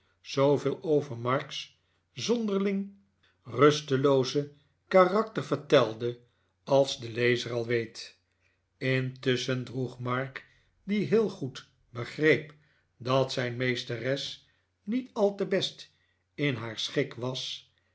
zooveel over mark's zonderling rustelooze karakter vertelde als de lezer al weet intusschen droeg mark die heel goed begreep dat zijn meesteres niet al te best in haar schik was